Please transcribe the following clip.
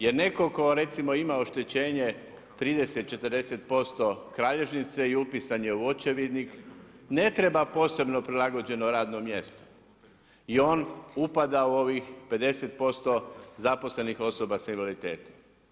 Jer netko tko recimo ima oštećenje 30 ,40% kralježnice i upisan je u očevidnik, ne treba posebno prilagođeno radno mjesto i on upada u ovih 50% zaposlenih osoba s invaliditetom.